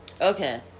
okay